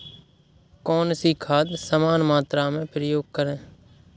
कौन सी खाद समान मात्रा में प्रयोग करें?